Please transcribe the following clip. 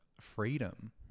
freedom